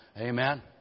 Amen